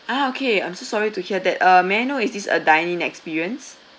ah okay I'm so sorry to hear that uh may I know is this a dine in experience